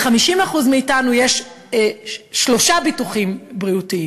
ל-50% מאתנו יש שלושה ביטוחי בריאות,